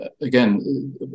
again